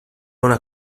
una